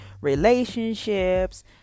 relationships